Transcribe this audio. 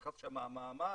נכנס המעמד,